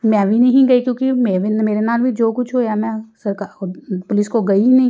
ਮੈਂ ਵੀ ਨਹੀਂ ਗਈ ਕਿਉਂਕਿ ਮੈਂ ਵੀ ਮੇਰੇ ਨਾਲ ਵੀ ਜੋ ਕੁਛ ਹੋਇਆ ਮੈਂ ਸਰਕਾ ਪੁਲਿਸ ਕੋਲ ਗਈ ਨਹੀਂ